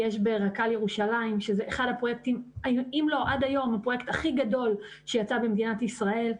יש ברק"ל ירושלים שזה הפרויקט הכי גדול עד היום שיצא במדינת ישראל,